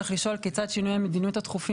צריך לשאול כיצד שינויי המדיניות הדחופים